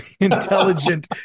intelligent